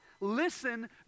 listen